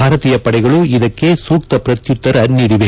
ಭಾರತೀಯ ಪಡೆಗಳು ಇದಕ್ಕೆ ಸೂಕ್ತ ಪ್ರತ್ಯುತ್ತರ ನೀಡಿವೆ